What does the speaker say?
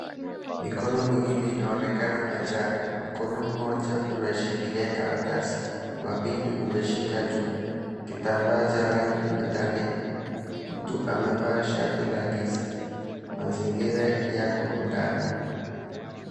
Mikono miwili inaonekana mezani. Mkono mmoja unashikilia karatasi, wa pili umeshika juu. Kitambaa cha rangi kimetandikwa. Mtu amevaa shati la giza. Mazingira yako ndani.